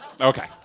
Okay